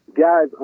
Guys